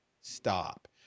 stop